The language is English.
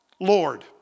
Lord